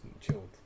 chilled